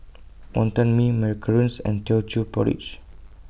Wonton Mee Macarons and Teochew Porridge